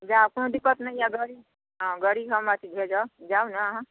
जाउ कोनो दिक्कत नहि यऽआ गड़ी हँ गड़ी हम अहाँके भेजब जाउ ने अहाँ